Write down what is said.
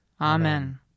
Amen